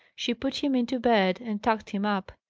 she put him into bed, and tucked him up.